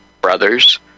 brothers